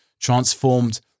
transformed